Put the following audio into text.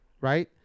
right